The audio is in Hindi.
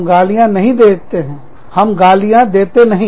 हम गालियाँ देते नहीं